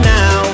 now